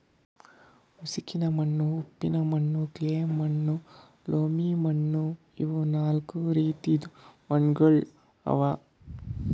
ಉಸುಕಿನ ಮಣ್ಣು, ಉಪ್ಪಿನ ಮಣ್ಣು, ಕ್ಲೇ ಮಣ್ಣು ಮತ್ತ ಲೋಮಿ ಮಣ್ಣು ಇವು ನಾಲ್ಕು ರೀತಿದು ಮಣ್ಣುಗೊಳ್ ಅವಾ